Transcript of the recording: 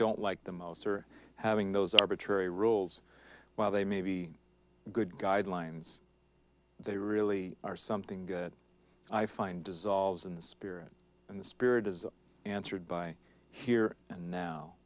don't like the most or having those arbitrary rules while they may be good guidelines they really are something good i find dissolves in the spirit and the spirit is answered by here and now